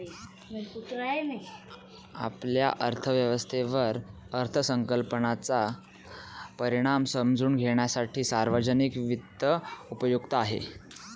आपल्या अर्थव्यवस्थेवर अर्थसंकल्पाचा परिणाम समजून घेण्यासाठी सार्वजनिक वित्त उपयुक्त आहे